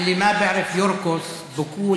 (אומר דברים בשפה הערבית ומתרגמם).